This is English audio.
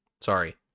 sorry